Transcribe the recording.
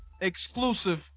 exclusive